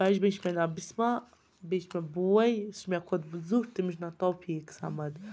بَجہِ بیٚنہِ چھِ مےٚ ناو بِسما بیٚیہِ چھِ مےٚ بوے یُس میٛانہِ کھۄتہٕ زیُوٚٹھ تٔمِس چھِ ناو توفیٖق سمد